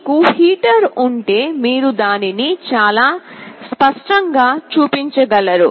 మీకు హీటర్ ఉంటే మీరు దానిని చాలా స్పష్టంగా చూపించగలరు